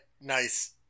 nice